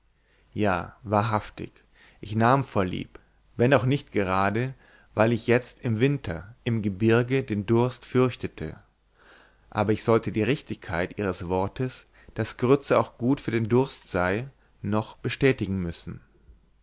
ja wahrhaftig ich nahm vorlieb wenn auch nicht gerade weil ich jetzt im winter im gebirge den durst fürchtete aber ich sollte die richtigkeit ihres wortes daß grütze auch für den durst gut sei noch bestätigen müssen